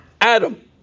Adam